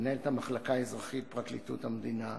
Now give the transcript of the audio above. מנהלת המחלקה האזרחית, פרקליטות המדינה,